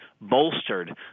bolstered